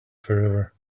forever